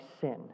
sin